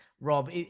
Rob